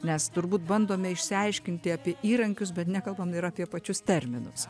mes turbūt bandome išsiaiškinti apie įrankius bet nekalbam ir apie pačius terminus